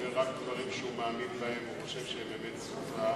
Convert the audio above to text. הוא אומר רק דברים שהוא מאמין בהם והוא חושב שהם אמת צרופה,